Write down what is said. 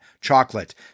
chocolate